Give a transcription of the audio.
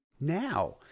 Now